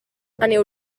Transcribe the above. aneu